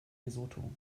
lesotho